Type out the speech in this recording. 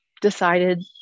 decided